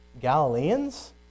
Galileans